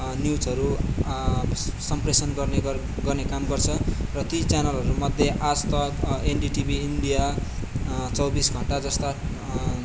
न्युजहरू सम्प्रेषण गर्ने गर्ने काम गर्छ र ती च्यानलहरूमध्ये आजतक एनडिटिभी इन्डिया चौबिस घन्टा जस्ता